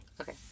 Okay